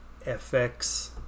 FX